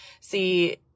See